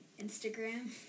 Instagram